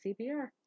CPR